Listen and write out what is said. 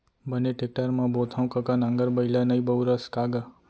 बने टेक्टर म बोथँव कका नांगर बइला नइ बउरस का गा?